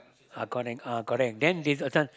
ah correct ah correct then uh this this one